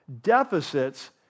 Deficits